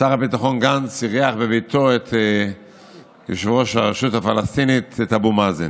ששר הביטחון גנץ אירח בביתו את יושב-ראש הרשות הפלסטינית אבו מאזן.